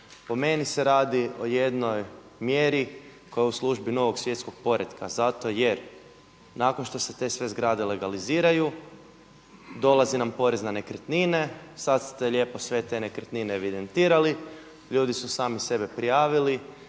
Po meni se radi o jednoj mjeri koja je u službi novog svjetskog poretka zato jer nakon što se te sve zgrade legaliziraju dolazi nam porez na nekretnine, sad ste lijepo sve te nekretnine evidentirali, ljudi su sami sebe prijavili